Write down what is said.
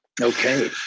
Okay